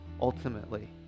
ultimately